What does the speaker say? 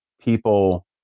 people